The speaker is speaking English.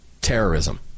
terrorism